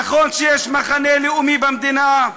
נכון שיש מחנה לאומי במדינה,